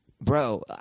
Bro